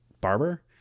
barber